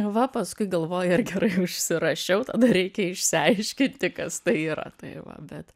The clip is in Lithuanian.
va paskui galvoju ar gerai užsirašiau tada reikia išsiaiškinti kas tai yra tai va bet